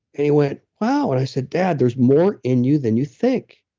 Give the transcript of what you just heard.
he went, wow. and i said, dad, there's more in you than you think.